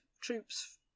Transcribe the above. troops